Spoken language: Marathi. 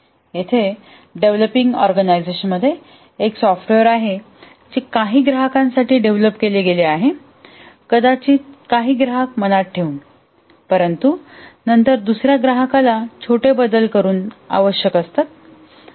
येथे डेव्हलपिंग ऑर्गनायझेशनमध्ये एक सॉफ्टवेअर आहे जे काही ग्राहकांसाठी डेव्हलप केले गेले आहे कदाचित काही ग्राहक मनात ठेवून परंतु नंतर दुसर्या ग्राहकाला छोटे बदल आवश्यक असतात